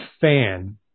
fan